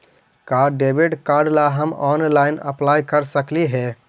का debit card ला हम ऑनलाइन अप्लाई कर सकली हे?